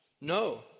No